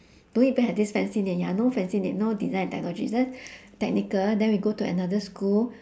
don't even have this fancy name ya no fancy name no design and technology just technical then we go to another school